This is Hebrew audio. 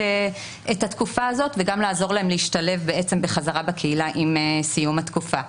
התקופה הזאת וגם לעזור להם להשתלב בחזרה בקהילה עם סיום התקופה.